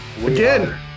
Again